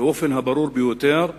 באופן הברור ביותר,